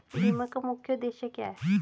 बीमा का मुख्य उद्देश्य क्या है?